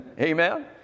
Amen